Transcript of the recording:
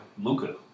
Luca